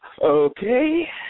Okay